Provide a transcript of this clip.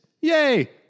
Yay